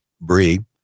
brie